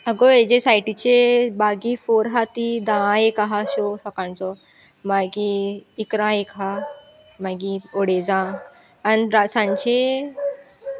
आगो हेजे सायटीचे बागी फोर आसा ती धा एक आसा शो सकाळचो मागीर इकरां एक आसा मागीर अडेजां आनी र सांचे